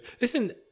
listen